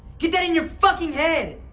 get that in your fucking head.